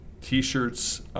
T-shirts